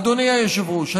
אדוני היושב-ראש,